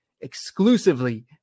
exclusively